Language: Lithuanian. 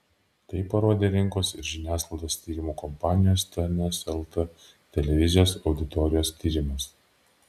tai parodė rinkos ir žiniasklaidos tyrimų kompanijos tns lt televizijos auditorijos tyrimas